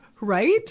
Right